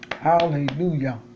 Hallelujah